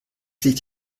liegt